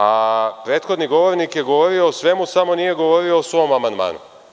A prethodni govornik je govorio o svemu samo nije govorio o svom amandmanu.